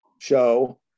show